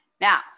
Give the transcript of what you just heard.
Now